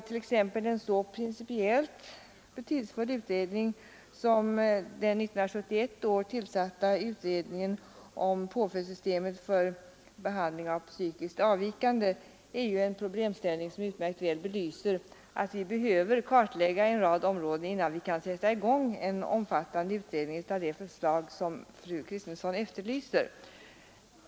T. ex. den principiellt så betydelsefulla utredningen som 1971 tillsattes om påföljdssystemet när det gäller behandling av psykiskt avvikande belyser utmärkt väl att vi behöver kartlägga en rad områden innan vi kan sätta i gång en omfattande utredning av det slag som fru Kristensson efterlyser.